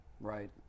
Right